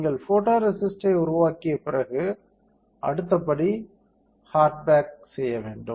நீங்கள் போட்டோரேசிஸ்டை உருவாக்கிய பிறகு அடுத்த படி ஹார்ட் பேக் செய்யவேண்டும்